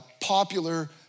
popular